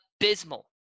abysmal